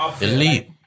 Elite